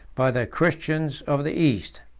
by the christians of the east.